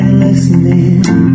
listening